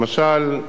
למשל,